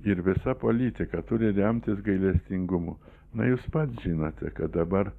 ir visa politika turi remtis gailestingumu na jūs pats žinote kad dabar